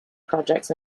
projects